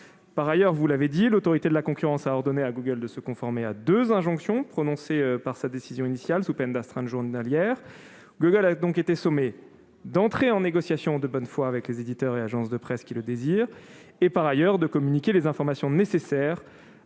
Par ailleurs, l'Autorité de la concurrence a ordonné à Google de se conformer à deux injonctions prononcées dans sa décision initiale, sous peine d'astreintes journalières. La société Google a donc été sommée d'entrer en négociation de bonne foi avec les éditeurs et les agences de presse qui le désirent et de communiquer les informations nécessaires